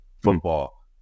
football